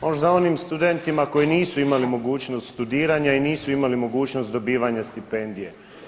Možda onim studentima koji nisu imali mogućnost studiranja i nisu imali mogućnost dobivanja stipendije.